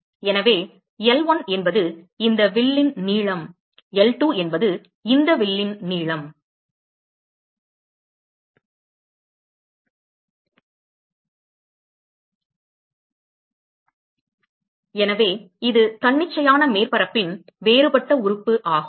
எனவே L1 என்பது இந்த வில்லின் நீளம் L2 என்பது இந்த வில்லின் நீளம் எனவே இது தன்னிச்சையான மேற்பரப்பின் வேறுபட்ட உறுப்பு ஆகும்